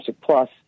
Plus